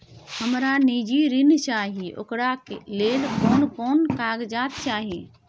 हमरा निजी ऋण चाही ओकरा ले कोन कोन कागजात चाही?